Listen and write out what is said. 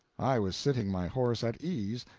i was sitting my horse at ease,